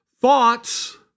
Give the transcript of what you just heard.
thoughts